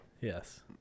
Yes